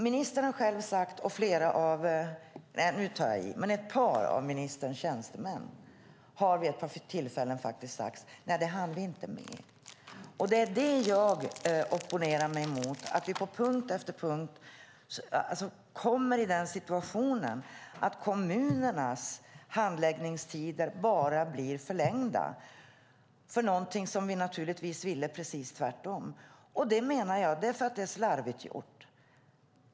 Ministern och ett par av ministerns tjänstemän har vid ett par tillfällen sagt: Det hann vi inte med. Det jag opponerar mig mot är att vi på punkt efter punkt kommer i den situationen att kommunernas handläggningstider blir förlängda. Vi ville naturligtvis tvärtom. Det beror, menar jag, på att det är slarvigt gjort.